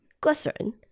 glycerin